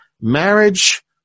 marriage